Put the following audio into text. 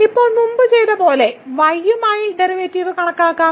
ഇപ്പോൾ മുമ്പ് ചെയ്തതുപോലെ y യുമായി ഡെറിവേറ്റീവ് കണക്കാക്കാം